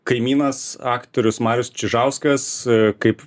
kaimynas aktorius marius čižauskas kaip